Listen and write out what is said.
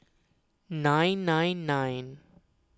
nine nine nine